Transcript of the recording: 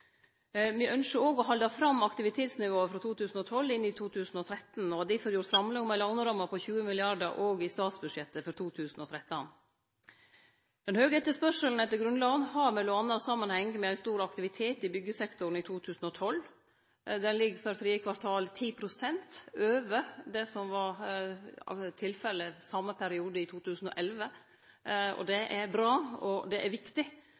Me ynskjer òg å halde fram aktivitetsnivået frå 2012 inn i 2013, og har difor gjort framlegg om ei låneramme på 20 mrd. kr òg i statsbudsjettet for 2013. Den høge etterspurnaden etter grunnlån har m.a. samanheng med ein stor aktivitet i byggsektoren i 2012. Han ligg for tredje kvartal på 10 pst. over det som var tilfellet same periode i 2011. Det er bra, og det er viktig.